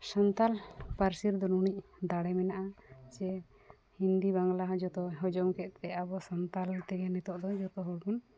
ᱥᱟᱱᱛᱟᱲ ᱯᱟᱹᱨᱥᱤ ᱨᱮᱫᱚ ᱱᱩᱱᱟᱹᱜ ᱫᱟᱲᱮ ᱢᱮᱱᱟᱜᱼᱟ ᱡᱮ ᱦᱤᱱᱫᱤ ᱵᱟᱝᱞᱟ ᱦᱚᱸ ᱡᱚᱛᱚ ᱦᱚᱡᱚᱢ ᱠᱮᱫᱛᱮ ᱟᱵᱚ ᱥᱟᱱᱛᱟᱲ ᱛᱮᱜᱮ ᱱᱤᱛᱳᱜ ᱡᱚᱛᱚ ᱦᱚᱲ ᱵᱚᱱ